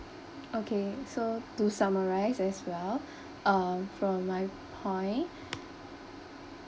okay so to summarize as well uh for my point